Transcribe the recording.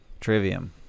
Trivium